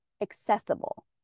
accessible